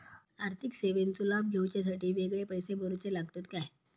आर्थिक सेवेंचो लाभ घेवच्यासाठी वेगळे पैसे भरुचे लागतत काय?